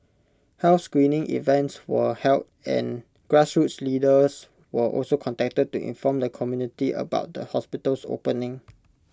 health screening events were held and grassroots leaders were also contacted to inform the community about the hospital's opening